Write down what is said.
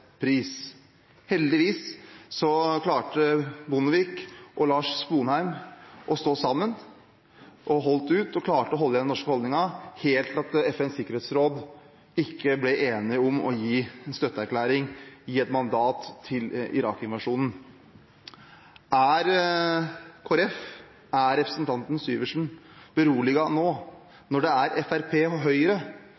pris. Heldigvis klarte Bondevik og Lars Sponheim å stå sammen, de holdt ut og klarte å holde ved den norske holdningen, helt til FNs sikkerhetsråd ble enige om ikke å gi en støtteerklæring, gi et mandat til Irak-invasjonen. Er Kristelig Folkeparti og representanten Syversen beroliget nå